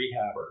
rehabber